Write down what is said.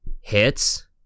Hits